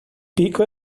pico